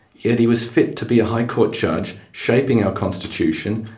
yet he was fit to be a high court judge, shaping our constitution,